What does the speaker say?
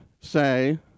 say